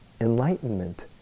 enlightenment